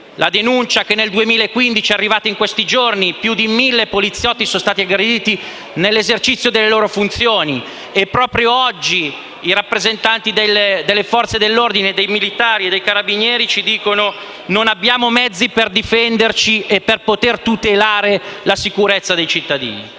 la denuncia - arrivata in questi giorni - secondo cui nel 2015 più di 1.000 poliziotti sono stati aggrediti nell'esercizio delle loro funzioni e proprio oggi i rappresentanti delle Forze dell'ordine, dei militari e dei carabinieri ci dicono di non avere i mezzi per difendersi e per poter tutelare la sicurezza dei cittadini.